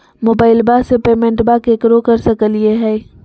मोबाइलबा से पेमेंटबा केकरो कर सकलिए है?